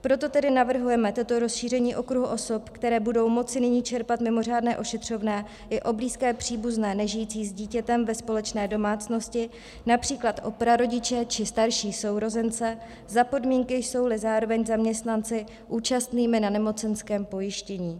Proto tedy navrhujeme toto rozšíření okruhu osob, které budou moci nyní čerpat mimořádné ošetřovné, i o blízké příbuzné nežijící s dítětem ve společné domácnosti, například o prarodiče či starší sourozence za podmínky, jsouli zároveň zaměstnanci účastnými na nemocenském pojištění.